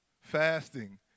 fasting